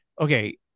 okay